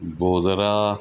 Godhra